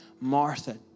Martha